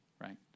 right